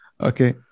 okay